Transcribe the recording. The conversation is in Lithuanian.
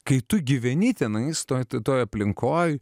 kai tu gyveni tenais toj toj aplinkoj